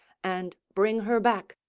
and bring her back,